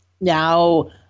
now